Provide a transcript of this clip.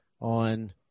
on